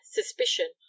suspicion